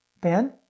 Ben